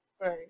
Right